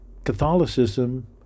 Catholicism